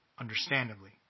understandably